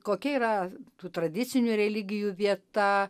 kokia yra tų tradicinių religijų vieta